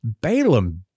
Balaam